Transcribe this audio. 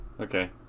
Okay